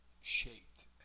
shaped